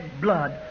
blood